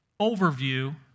overview